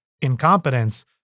incompetence